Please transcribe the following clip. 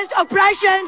oppression